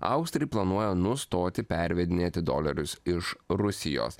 austrai planuoja nustoti pervedinėti dolerius iš rusijos